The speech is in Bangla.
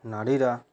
নারীরা